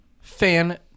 fan-